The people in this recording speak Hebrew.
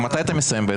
מתי אתה מסיים?